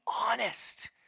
honest